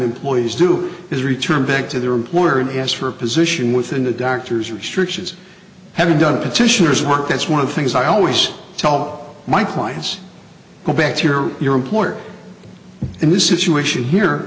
employees do is return back to their employer and ask for a position within the doctor's restrictions haven't done petitioner's work that's one of the things i always tell my clients go back to your your employer in this situation here